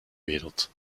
wereld